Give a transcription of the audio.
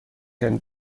هند